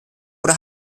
oder